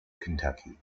kentucky